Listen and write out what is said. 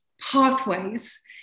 pathways